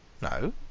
No